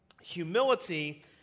Humility